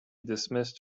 dismissed